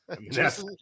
Yes